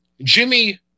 Jimmy